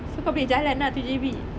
so kau boleh jalan ah to J_B